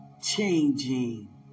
changing